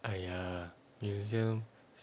!aiya! museum